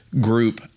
group